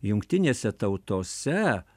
jungtinėse tautose